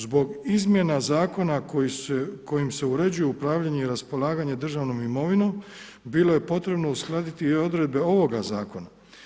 Zbog izmjena zakona kojim se uređuje upravljanje i raspolaganje državnom imovinom bilo je potrebno uskladiti i odredbe ovoga zakona.